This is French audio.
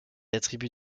attribue